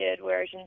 whereas